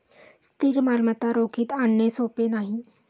स्थिर मालमत्ता रोखीत आणणे सोपे नाही